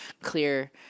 clear